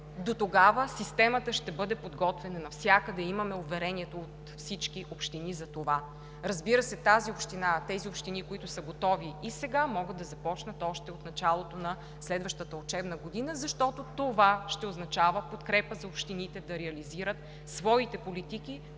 Дотогава системата ще бъде подготвена навсякъде, имаме уверението от всички общини за това. Разбира се, тези общини, които са готови, и сега могат да започнат още от началото на следващата учебна година, защото това ще означава подкрепа за общините да реализират своите политики